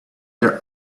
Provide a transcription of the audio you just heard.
their